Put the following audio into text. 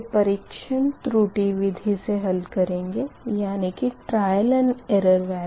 इसे परीक्षण त्रुटि विधि से हल करेंगे